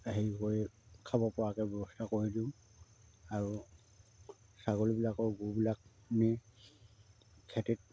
হেৰি কৰি খাব পৰাকৈ ব্যৱস্থা কৰি দিওঁ আৰু ছাগলীবিলাকৰ গুবিলাক নি খেতিত